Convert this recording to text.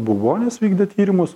baubonis vykdė tyrimus